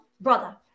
brother